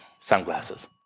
Sunglasses